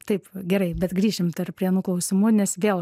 taip gerai bet grįšim dar prie anų klausimų nes vėl